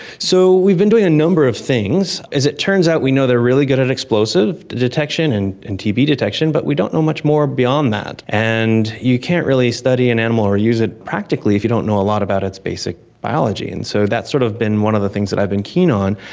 so we've been doing a number of things. as it turns out we know they are really good at explosive detection and and tb detection, but we don't know much more beyond that. and you can't really study an and animal or use it practically if you don't know a lot about its basic biology. and so that's sort of been one of the things that i've been keen on.